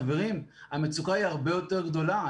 חברים, המצוקה היא הרבה יותר גדולה.